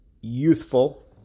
youthful